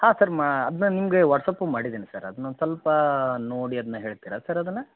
ಹಾಂ ಸರ್ ಮ ಅದನ್ನ ನಿಮಗೆ ವಾಟ್ಸಪು ಮಾಡಿದ್ದೀನಿ ಸರ್ ಅದ್ನ ಒಂದು ಸ್ವಲ್ಪ ನೋಡಿ ಅದನ್ನ ಹೇಳ್ತೀರಾ ಸರ್ ಅದನ್ನು